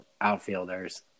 outfielders